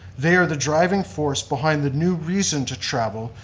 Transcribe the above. they are the driving force behind the new reason to travel,